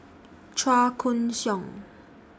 Chua Koon Siong